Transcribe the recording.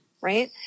Right